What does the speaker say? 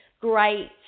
great